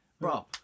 Bro